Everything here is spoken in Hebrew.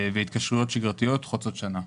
והתקשרויות שגרתיות חוצות שנה.